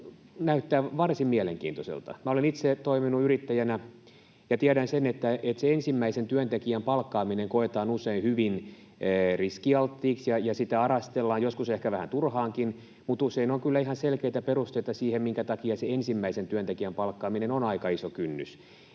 näyttää varsin mielenkiintoiselta. Minä olen itse toiminut yrittäjänä ja tiedän sen, että se ensimmäisen työntekijän palkkaaminen koetaan usein hyvin riskialttiiksi ja sitä arastellaan, joskus ehkä vähän turhaankin, mutta usein on kyllä ihan selkeitä perusteita siihen, minkä takia siihen ensimmäisen työntekijän palkkaamiseen on aika iso kynnys.